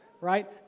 right